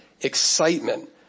excitement